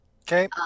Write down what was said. Okay